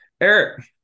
Eric